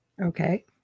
Okay